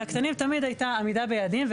על הקטנים תמיד הייתה עמידה ביעדים.